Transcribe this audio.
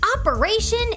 Operation